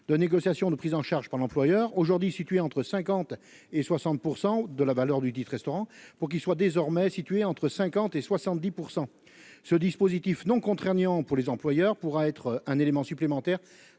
de négociations de prise en charge par l'employeur, aujourd'hui situé entre 50 et 60 % de la valeur du titre-restaurant pour qu'il soit désormais situées entre 50 et 70 % ce dispositif non contraignant pour les employeurs, pourra être un élément supplémentaire